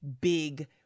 big